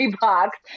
box